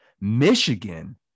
Michigan